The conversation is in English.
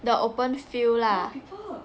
the open field lah